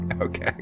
Okay